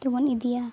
ᱛᱮᱵᱚᱱ ᱤᱫᱤᱭᱟ